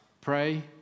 pray